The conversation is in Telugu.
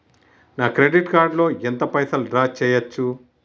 నా క్రెడిట్ కార్డ్ లో ఎంత పైసల్ డ్రా చేయచ్చు?